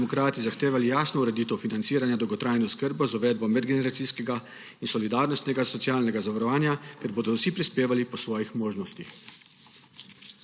demokrati zahtevali jasno ureditev financiranja dolgotrajne oskrbe z uvedbo medgeneracijskega in solidarnostnega socialnega zavarovanja, kjer bodo vsi prispevali po svojih možnostih.